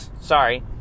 sorry